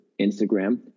Instagram